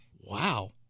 wow